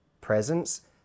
presence